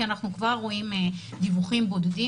כי אנחנו כבר רואים דיווחים בודדים